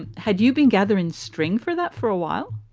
and had you been gathering string for that for a while?